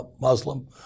Muslim